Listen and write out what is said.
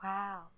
Wow